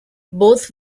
both